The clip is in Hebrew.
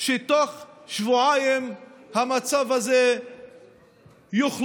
שתוך שבועיים המצב הזה יוחלף